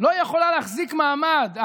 לא יכולה להחזיק מעמד.